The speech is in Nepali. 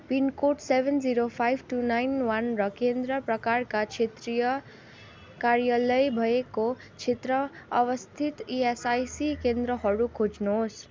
pin code seven zero five two nine one र केन्द्र प्रकारका क्षेत्रीय कार्यालय भएको क्षेत्र अवस्थित इएसआइसी केन्द्रहरू खोज्नुहोस्